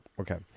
Okay